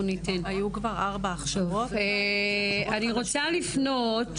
אני רוצה לפנות